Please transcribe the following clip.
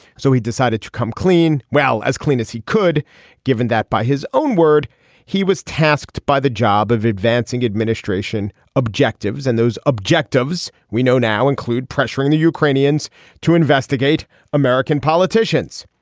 so he decided to come clean. well as clean as he could given that by his own word he was tasked by the job of advancing administration objectives and those objectives. we know now include pressuring the ukrainians to investigate american politicians.